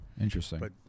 Interesting